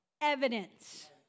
evidence